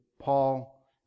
Paul